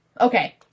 Okay